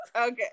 okay